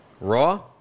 raw